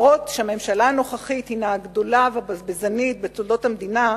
אף שהממשלה הנוכחית הינה הגדולה והבזבזנית בתולדות המדינה,